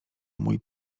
mój